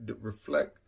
reflect